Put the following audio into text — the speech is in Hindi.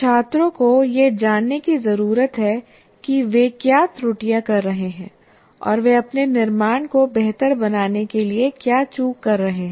छात्रों को यह जानने की जरूरत है कि वे क्या त्रुटियां कर रहे हैं और वे अपने निर्माण को बेहतर बनाने के लिए क्या चूक कर रहे हैं